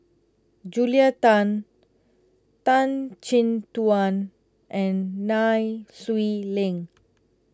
Julia Tan Tan Chin Tuan and Nai Swee Leng